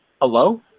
Hello